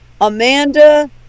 Amanda